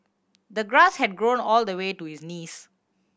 the grass had grown all the way to his knees